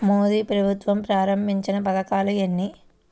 మోదీ ప్రభుత్వం ప్రారంభించిన పథకాలు ఎన్ని?